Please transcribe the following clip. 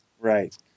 Right